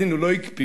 אז הנה, לא הקפיאו.